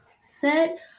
Set